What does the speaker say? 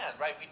right